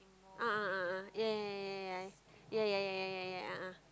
a'ah a'ah ya ya ya ya ya ya ya ya ya ya ya a'ah